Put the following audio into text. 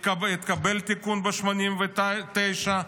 התקבל תיקון ב-1989,